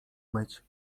myć